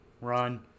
run